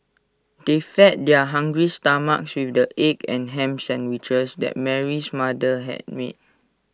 they fed their hungry stomachs with the egg and Ham Sandwiches that Mary's mother had made